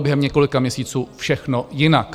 Během několika měsíců všechno jinak.